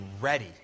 ready